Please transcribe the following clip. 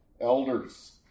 elders